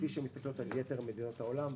כפי שהן מסתכלות על יתר מדינות העולם,